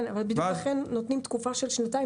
לכן נותנים תקופה של שנתיים,